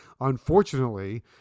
unfortunately